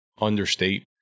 understate